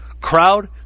crowd